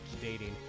dating